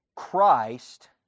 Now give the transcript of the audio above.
Christ